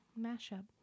mashup